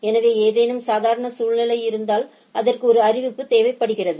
எனவே ஏதேனும் அசாதாரண சூழ்நிலை இருந்தால் அதற்கு ஒரு அறிவிப்பு தேவைப்படுகிறது